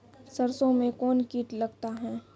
सरसों मे कौन कीट लगता हैं?